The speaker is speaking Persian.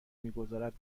میگذارد